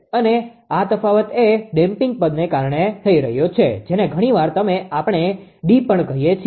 અને આ તફાવત એ ડેમ્પીંગdampingભીનાશ પદને કારણે થઈ રહ્યો છે જેને ઘણી વાર આપણે D પણ કહીએ છીએ